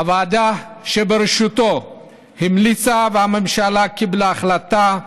הוועדה שבראשותו המליצה, והממשלה קיבלה החלטה,